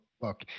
look